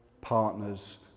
partners